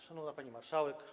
Szanowna Pani Marszałek!